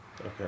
Okay